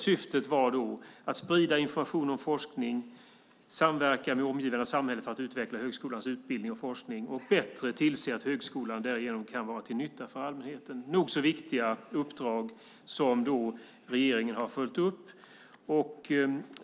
Syftet var då att sprida information om forskning, samverka med det omgivande samhället för att utveckla högskolans utbildning och forskning och bättre tillse att högskolan därigenom kan vara till nytta för allmänheten. Det var nog så viktiga uppdrag, som regeringen har följt upp.